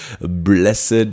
blessed